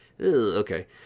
okay